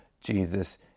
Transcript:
Jesus